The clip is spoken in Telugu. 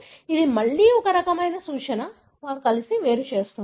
అది మళ్ళీ ఇక్కడ ఒక రకమైన సూచన వారు కలిసి వేరు చేస్తున్నారు